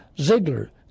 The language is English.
Ziegler